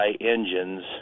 engines